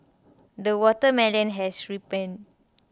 the watermelon has ripened